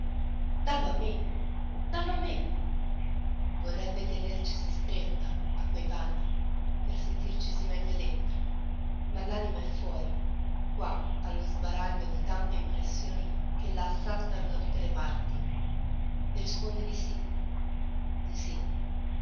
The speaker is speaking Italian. dallo a me dallo a me vorrebbe tenercisi stretta a quei panni per sentircisi meglio dentro ma l'anima è fuori qua allo sbaraglio di tante impressioni che la assaltano da tutte le parti risponde di sì di sì